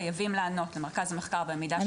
חייבים לענות למרכז המחקר והמידע של הכנסת ללא דיחוי.